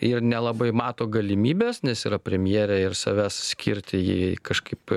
ir nelabai mato galimybes nes yra premjerė ir savęs skirti jai kažkaip